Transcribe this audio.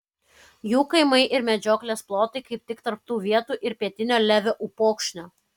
jų kaimai ir medžioklės plotai kaip tik tarp tų vietų ir pietinio levio upokšnio